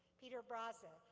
peter braza,